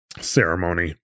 ceremony